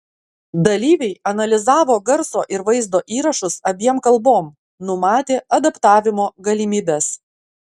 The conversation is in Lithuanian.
dalyviai analizavo garso ir vaizdo įrašus abiem kalbom numatė adaptavimo galimybes